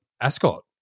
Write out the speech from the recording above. Ascot